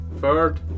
third